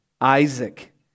Isaac